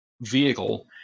vehicle